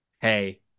hey